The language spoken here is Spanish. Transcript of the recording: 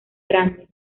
grande